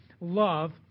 love